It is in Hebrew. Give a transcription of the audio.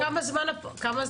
כמה זמן הפיילוט?